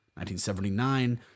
1979